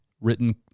written